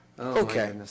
Okay